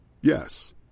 Yes